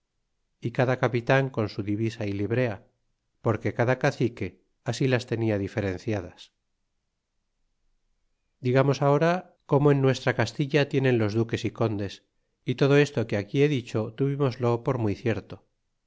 y cada capitan con su divisa y librea porque cada cacique así las tenia diferenciadas digamos ahora como en nuestra castilla tienen los duques y condes y todo esto que aquí he dicho tuvimoslo por muy cierto